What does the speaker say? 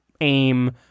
aim